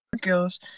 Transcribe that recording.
girls